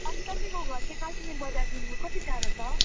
अनि तपाईँको घर चाहिँ कालचिनी बजारदेखिको कति टाडो छ